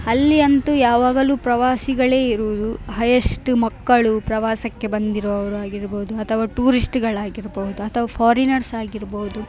ಅಲ್ಲಿಯಂತೂ ಯಾವಾಗಲೂ ಪ್ರವಾಸಿಗಳೇ ಇರುವುದು ಹೈಯೆಸ್ಟ್ ಮಕ್ಕಳು ಪ್ರವಾಸಕ್ಕೆ ಬಂದಿರುವವರು ಆಗಿರ್ಬೋದು ಅಥವಾ ಟೂರಿಸ್ಟ್ಗಳಾಗಿರ್ಬೋದು ಅಥವಾ ಫಾರಿನರ್ಸಾಗಿರ್ಬೋದು